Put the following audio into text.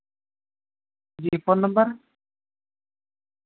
G phone number